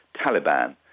Taliban